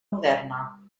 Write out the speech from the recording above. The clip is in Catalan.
moderna